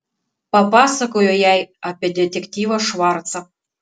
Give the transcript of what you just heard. papasakojau jai apie detektyvą švarcą